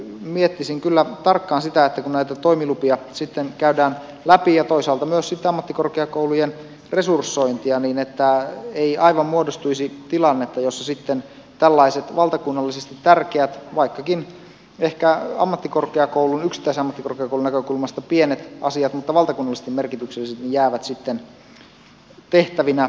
miettisin kyllä tarkkaan sitä että kun näitä toimilupia sitten käydään läpi ja toisaalta myös ammattikorkeakoulujen resursointia niin ei aivan muodostuisi tilannetta jossa sitten tällaiset valtakunnallisesti tärkeät asiat vaikkakin ehkä yksittäisen ammattikorkeakoulun näkökulmasta pienet asiat mutta valtakunnallisesti merkitykselliset jäävät tehtävinä hoitamatta